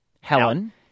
Helen